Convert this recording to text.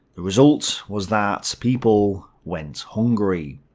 the result was that people went hungry.